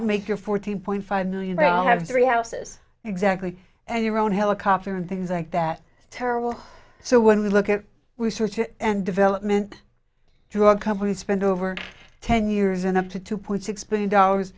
make your fourteen point five million dollars three houses exactly and your own helicopter and things like that terrible so when we look at research and development drug companies spend over ten years and up to two point six billion dollars